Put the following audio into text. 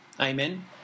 Amen